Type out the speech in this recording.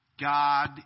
God